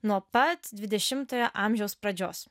nuo pat dvidešimtojo amžiaus pradžios